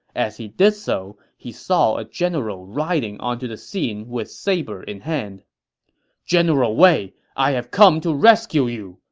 as he did so, he saw a general riding onto the scene with saber in hand general wei, i have come to rescue you!